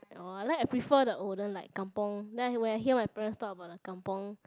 orh I like I prefer the olden like Kampung then when I hear my parents talk about the Kampung